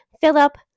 Philip